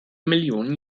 millionen